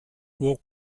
walk